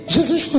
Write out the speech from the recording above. Jesus